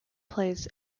plays